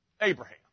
Abraham